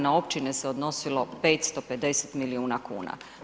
Na općine se odnosilo 550 milijuna kuna.